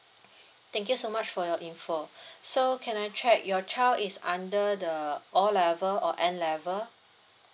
thank you so much for your info so can I check your child is under the O level or n level